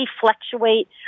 fluctuate